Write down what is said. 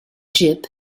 jib